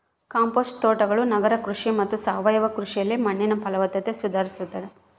compost ತೋಟಗಳು ನಗರ ಕೃಷಿ ಮತ್ತು ಸಾವಯವ ಕೃಷಿಯಲ್ಲಿ ಮಣ್ಣಿನ ಫಲವತ್ತತೆ ಸುಧಾರಿಸ್ತತೆ